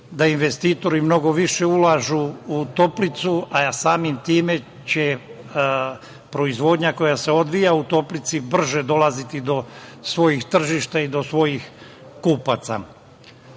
da investitori mnogo više ulažu u Toplicu, a samim tim će proizvodnja koja se odvija u Toplici brže dolaziti do svojih tržišta i do svojih kupaca.